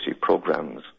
programs